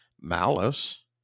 malice